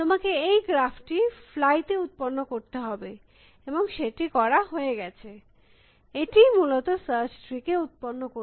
তোমাকে এই graph টি ফ্লাই তে উত্পন্ন করতে হবে এবং সেটি করা হয়ে গেছে এটিই মূলত সার্চ ট্রি কে উত্পন্ন করে